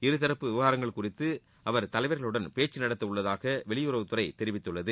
இருதரப்பு விவகாரங்கள் குறித்து அவர் தலைவர்களுடன் பேச்சு நடத்த உள்ளதாக வெளியுறவுத்துறை தெரிவித்துள்ளது